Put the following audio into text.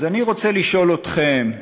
אז אני רוצה לשאול אתכם: